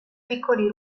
piccoli